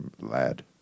lad